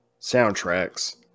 soundtracks